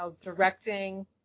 directing